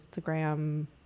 Instagram